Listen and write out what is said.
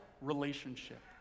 relationship